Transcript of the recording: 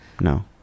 no